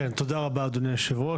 תודה רבה, אדוני היושב-ראש.